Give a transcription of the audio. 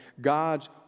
God's